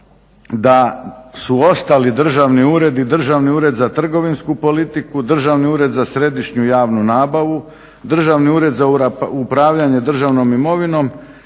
da su ostali državni uredi, Državni ured za trgovinsku politiku, Državni ured za središnju javnu nabavu, Državni ured za upravljanje državnom imovinom